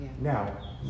Now